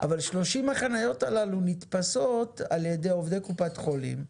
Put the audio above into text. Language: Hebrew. אבל 30 החניות הללו נתפסות על ידי עובדי קופת חולים,